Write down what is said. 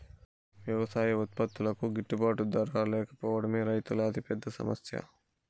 వ్యవసాయ ఉత్పత్తులకు గిట్టుబాటు ధర లేకపోవడమే రైతుల అతిపెద్ద సమస్య